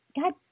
God